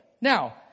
Now